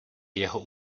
jeho